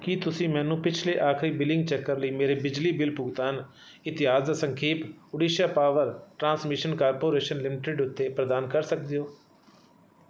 ਕੀ ਤੁਸੀਂ ਮੈਨੂੰ ਪਿਛਲੇ ਆਖਰੀ ਬਿਲਿੰਗ ਚੱਕਰ ਲਈ ਮੇਰੇ ਬਿਜਲੀ ਬਿੱਲ ਭੁਗਤਾਨ ਇਤਿਹਾਸ ਦਾ ਸੰਖੇਪ Odisha power transmission corporation limited ਉੱਤੇ ਪ੍ਰਦਾਨ ਕਰ ਸਕਦੇ ਹੋ